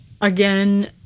Again